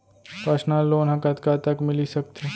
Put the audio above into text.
Personal loan ह कतका तक मिलिस सकथे?